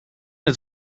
het